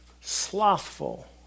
slothful